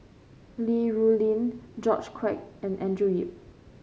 Li Rulin George Quek and Andrew Yip